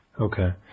okay